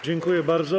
Dziękuję bardzo.